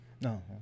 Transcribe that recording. no